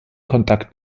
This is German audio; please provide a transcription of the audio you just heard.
kontakt